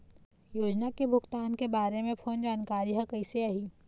योजना के भुगतान के बारे मे फोन जानकारी हर कइसे आही?